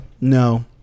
no